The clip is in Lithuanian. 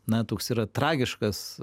na toks yra tragiškas